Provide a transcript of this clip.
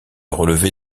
relevé